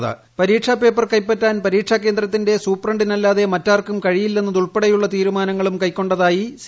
പരീക്ഷ ക്രമീകരണങ്ങളാണ് പേപ്പർ കൈപ്പറ്റാൻ പരീക്ഷ കേന്ദ്രത്തിന്റെ സൂപ്രണ്ടിനല്ലാതെ മറ്റാർക്കും കഴിയില്ലെന്നതുൾപ്പെടെയുള്ള തീരുമാനങ്ങളും കൈക്കൊണ്ടതായി സി